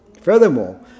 Furthermore